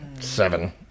seven